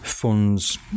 Funds